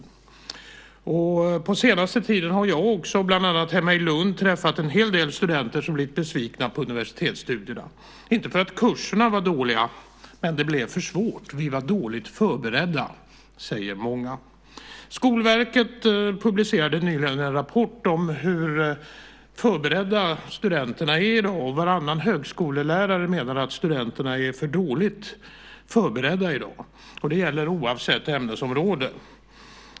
Under den senaste tiden har jag också, bland annat hemma i Lund, träffat en hel del studenter som har blivit besvikna på universitetsstudierna, inte för att kurserna var dåliga men för att det blev för svårt. Vi var dåligt förberedda, säger många. Skolverket publicerade nyligen en rapport om hur förberedda studenterna är i dag. Och varannan högskolelärare menar att studenterna är för dåligt förberedda i dag. Det gäller oavsett ämnesområde.